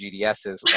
GDSs